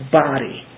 body